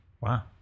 Wow